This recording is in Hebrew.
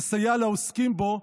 ויסייע לעוסקים בו,